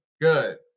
Good